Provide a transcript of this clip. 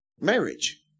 marriage